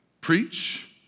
preach